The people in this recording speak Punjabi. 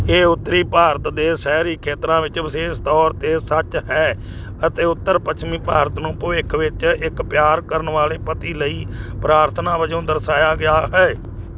ਇਹ ਉੱਤਰੀ ਭਾਰਤ ਦੇ ਸ਼ਹਿਰੀ ਖੇਤਰਾਂ ਵਿੱਚ ਵਿਸ਼ੇਸ਼ ਤੌਰ 'ਤੇ ਸੱਚ ਹੈ ਅਤੇ ਉੱਤਰ ਪੱਛਮੀ ਭਾਰਤ ਨੂੰ ਭਵਿੱਖ ਵਿੱਚ ਇੱਕ ਪਿਆਰ ਕਰਨ ਵਾਲੇ ਪਤੀ ਲਈ ਪ੍ਰਾਰਥਨਾ ਵਜੋਂ ਦਰਸਾਇਆ ਗਿਆ ਹੈ